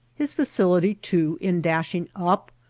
his facility, too, in dashing up,